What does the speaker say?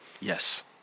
Yes